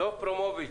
דב פרומוביץ